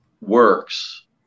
works